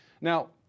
Now